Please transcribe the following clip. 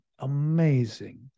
amazing